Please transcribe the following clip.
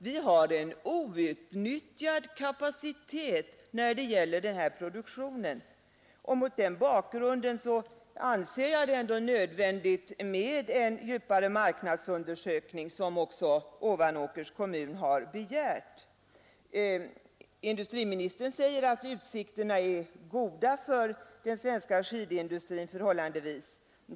Vi har en outnyttjad kapacitet när det gäller denna produktion. Mot den bakgrunden anser jag det nödvändigt med en grundligare marknadsundersökning, som också Ovanåkers kommun har begärt. Industriministern bedömer utsikterna för den svenska skidindustrin som förhållandevis goda.